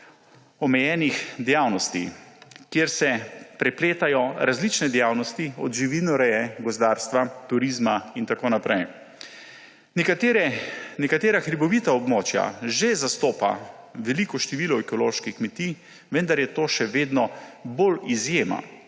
omejenih dejavnosti, kjer se prepletajo različne dejavnosti, od živinoreje, gozdarstva, turizma in tako naprej. Nekatera hribovita območja že zastopa veliko število ekoloških kmetij, vendar je to še vedno bolj izjema,